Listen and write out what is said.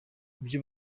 ibyo